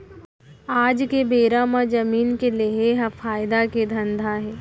आज के बेरा म जमीन के लेहे ह फायदा के धंधा हे